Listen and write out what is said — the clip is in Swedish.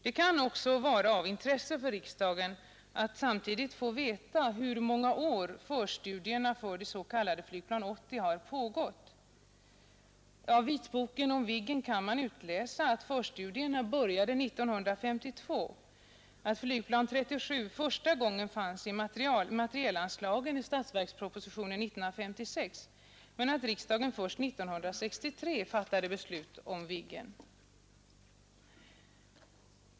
Det kan vara av intresse för riksdagen att samtidigt få veta hur många år förstudierna för det s.k. flygplan 80 har pågått inte minst mot bakgrund av vitboken om Viggen där man kan utläsa att förstudierna började 1852, att flygplan 37 första gången fanns i materielanslagen i statsverkspropositionen 1956 men att riksdagen först 1963 fattade beslut om Viggen.